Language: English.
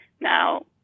Now